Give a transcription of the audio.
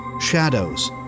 shadows